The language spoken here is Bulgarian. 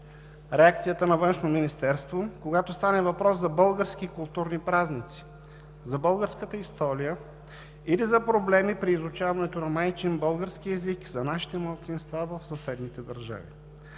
реакцията на Външно министерство, когато стане въпрос за български културни празници, за българската история или за проблеми при изучаването на майчин български език за нашите малцинства в съседните държави.